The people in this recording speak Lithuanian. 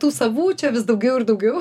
tų savų čia vis daugiau ir daugiau